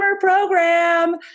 program